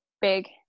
big